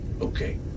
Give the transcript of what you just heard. okay